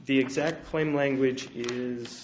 the exact claim language is